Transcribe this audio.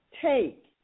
take